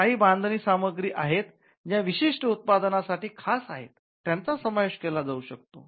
काही बांधणी सामग्री आहेत ज्या विशिष्ट उत्पादनांसाठी खास आहेत त्यांचा समावेश केला जाऊ शकतो